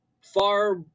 far